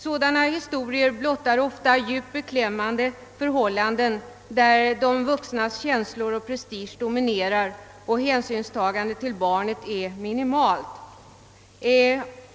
Sådana historier blottar ofta beklämmande förhållanden, där de vuxnas känslor och prestige dominerar och hänsynstagandet till barnet är minimalt.